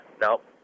Nope